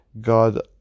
god